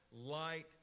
light